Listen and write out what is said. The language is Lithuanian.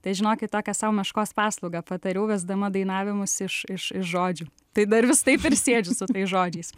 tai žinokit tokią sau meškos paslaugą padariau vesdama dainavimus iš iš iš žodžių tai dar vis taip ir sėdžiu su tais žodžiais